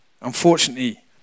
Unfortunately